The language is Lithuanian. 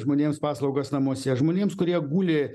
žmonėms paslaugas namuose žmonėms kurie guli